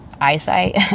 eyesight